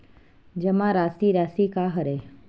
जमा राशि राशि का हरय?